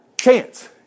chance